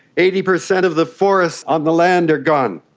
eighty percent of the forests on the land are gone.